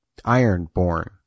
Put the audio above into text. Ironborn